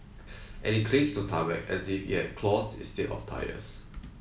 and it clings to tarmac as if it has claws instead of tyres